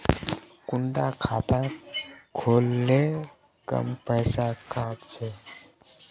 कुंडा खाता खोल ले कम पैसा काट छे?